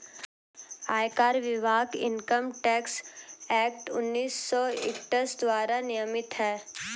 आयकर विभाग income tax act उन्नीस सौ इकसठ द्वारा नियमित है